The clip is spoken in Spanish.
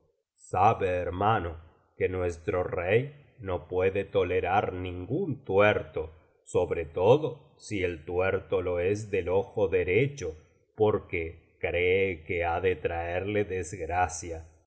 sabe hermano que nuestro rey no puede tolerar ningún tuerto sobre todo si el tuerto lo es del ojo derecho porque cree que ha de traerle desgracia y